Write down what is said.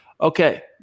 Okay